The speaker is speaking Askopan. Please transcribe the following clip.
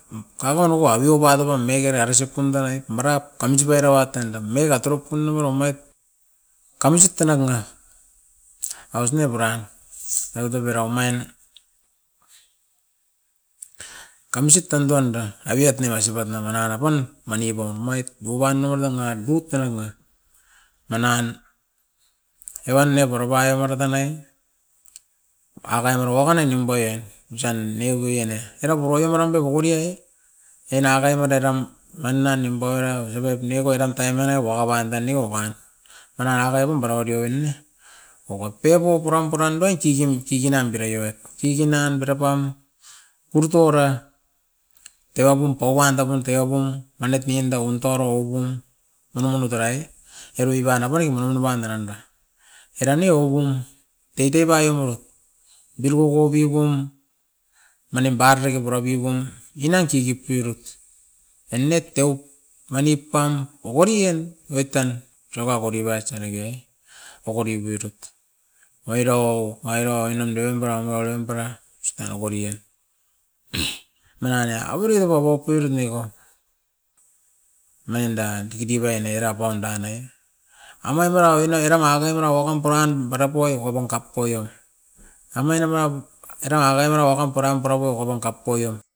Kauvan ova kiopa te pan nengekera isop pun danai marap kantsip era wa tanda megera tropundugur omait, kamusit tenanga arosne puran. Eva top era omain, kamusit tan duanda aviat ne masipat namana ra pan, maniko omait nuban nua nanga but ta nanga. Manan evan ne pura paiapara tanai akai mero wakain an nimpaiet osan ningkuien na, era ko wakan warando bokoriaie ena akain mate ram manan nimparau osipat niova oiran taim mara waka pandan neovan. Maran akai bum para audio enna, oko pepo puram purandan kikim kiki nan dereova, kiki nan tera pam purtora tega pum pa wanda pum tega pum manit nindaun toro'un, nanga nanga terai erui ban apan gima rurupan daranda. Eran ni ogum teitei baiobot, beauruoko bigum manim baritiki pura pipum, ginang kiki puirut ennet teup mani pam, okori en oit tan rava okoriba sanike, okori beirut airau aira oinan berem bera nou nimpara, ostan okori en. Mera nia avori diva okoirit neko, omainda kiki divai nerapaun danai amai para oin na eram akain mera okom puran barapoi akovongkap poio, amain apaup era ka mera wakam puran purapoi wokapom kap poio.